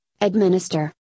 administer